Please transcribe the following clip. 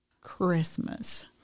christmas